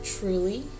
truly